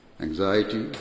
anxiety